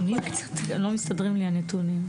הנתונים, לא מסתדרים לי הנתונים.